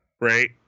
right